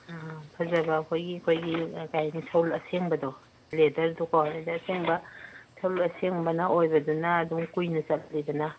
ꯑꯥ ꯐꯖꯕ ꯑꯩꯈꯣꯏꯒꯤ ꯑꯩꯈꯣꯏꯒꯤ ꯀꯔꯤ ꯍꯥꯏꯗꯤ ꯁꯎꯟ ꯑꯁꯦꯡꯕꯗꯣ ꯂꯦꯗꯔꯗꯨꯀꯣ ꯂꯦꯗꯔ ꯑꯁꯦꯡꯕ ꯁꯎꯟ ꯑꯁꯦꯡꯕꯅ ꯑꯣꯏꯕꯗꯨꯅ ꯑꯗꯨꯝ ꯀꯨꯏꯅ ꯆꯠꯂꯤꯗꯅ